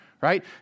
right